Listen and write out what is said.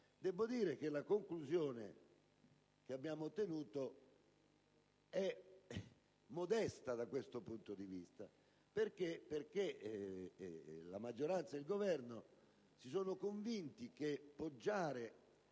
Debbo dire che la conclusione che abbiamo ottenuto è modesta, da questo punto di vista, perché la maggioranza e il Governo si sono convinti che poggiare